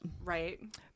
Right